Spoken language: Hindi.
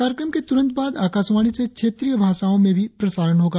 कार्यक्रम के तुरंत बाद आकाशवाणी से क्षेत्रीय भाषाओं में भी प्रसारण होगा